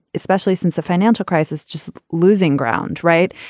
especially since the financial crisis, just losing ground. right.